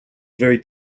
very